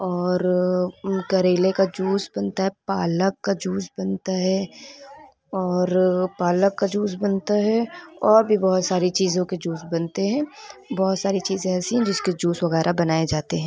اور کریلے کا جوس بنتا ہے پالک کا جوس بنتا ہے اور پالک کا جوس بنتا ہے اور بھی بہت ساری چیزوں کے جوس بنتے ہیں بہت ساری چیزیں ایسی ہیں جس کے جوس وغیرہ بنائے جاتے ہیں